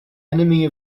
enemy